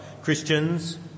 Christians